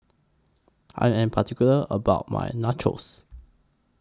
I Am particular about My Nachos